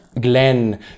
Glenn